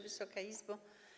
Wysoka Izbo!